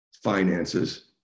finances